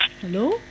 Hello